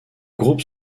groupe